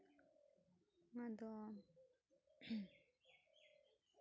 ᱟᱫᱚ